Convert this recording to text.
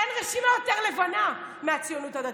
אין רשימה יותר לבנה מהציונות הדתית.